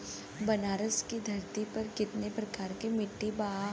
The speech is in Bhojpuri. बनारस की धरती पर कितना प्रकार के मिट्टी बा?